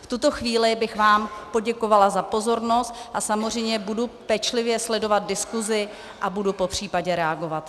V tuto chvíli bych vám poděkovala za pozornost a samozřejmě budu pečlivě sledovat diskusi a budu popřípadě reagovat.